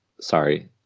sorry